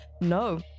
no